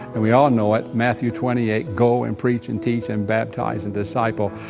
and we all know it, matthew twenty eight, go and preach and teach and baptize and disciple.